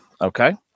okay